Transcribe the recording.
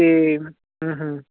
ਤੇ